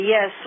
Yes